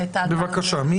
בבקשה,